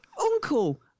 uncle